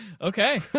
Okay